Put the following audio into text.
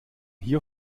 hier